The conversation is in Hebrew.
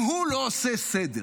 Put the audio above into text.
אם הוא לא עושה סדר